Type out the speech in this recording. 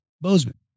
Bozeman